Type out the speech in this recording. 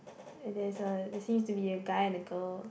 and there's a there seems to be a guy and a girl